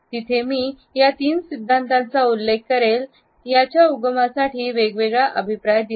तिथे मी या तीन सिद्धांताचा उल्लेख करेल ज्याने याच्या उगमा साठी वेगवेगळ्या अभिप्राय दिला